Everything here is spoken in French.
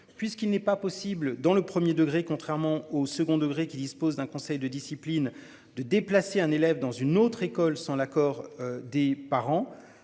puisqu'il n'est pas possible dans le 1er degré, contrairement au second degré qui dispose d'un conseil de discipline de déplacer un élève dans une autre école sans l'accord des parents,